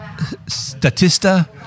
Statista